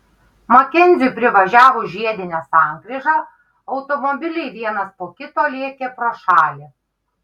makenziui privažiavus žiedinę sankryžą automobiliai vienas po kito lėkė pro šalį